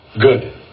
Good